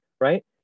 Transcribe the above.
right